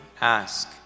ask